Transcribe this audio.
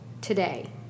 today